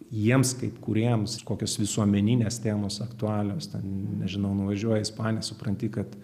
jiems kaip kūrėjams kokios visuomeninės temos aktualios ten nežinau nuvažiuoji į ispaniją supranti kad